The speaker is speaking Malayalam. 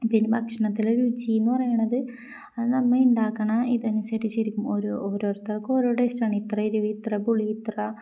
പിന്നെ ഭക്ഷണത്തിലെ രുചി എന്ന് പറയുന്നത് അത് നമ്മൾ ഉണ്ടാക്കുന്ന ഇത് അനുസരിച്ചിരിക്കും ഓരോ ഓരോരുത്തർക്ക് ഓരോ ടേസ്റ്റ് ആണ് ഇത്ര എരിവ് ഇത്ര പുളി ഇത്ര